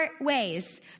Ways